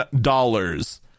dollars